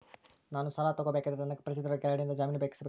ನಾನು ಸಾಲ ತಗೋಬೇಕಾದರೆ ನನಗ ಪರಿಚಯದವರ ಕಡೆಯಿಂದ ಜಾಮೇನು ಹಾಕಿಸಬೇಕಾ?